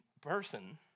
person